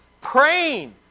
Praying